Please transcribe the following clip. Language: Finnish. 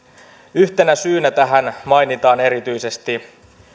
yhtenä syynä tähän mainitaan erityisesti